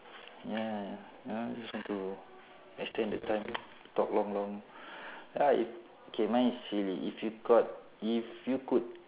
ya ya I just want to extend the time talk long long ya if K mine is silly if you got if you could